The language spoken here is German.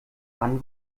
wann